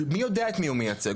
מי יודע את מי הוא מייצג,